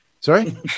Sorry